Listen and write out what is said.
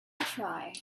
try